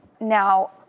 Now